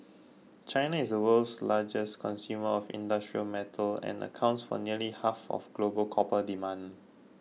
China is the world's largest consumer of industrial metals and accounts for nearly half of global copper demand